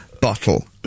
bottle